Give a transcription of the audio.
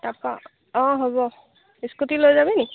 তাৰপা অঁ হ'ব স্কুটি লৈ যাবি নি